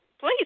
Please